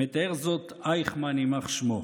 מתאר זאת אייכמן, יימח שמו: